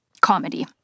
comedy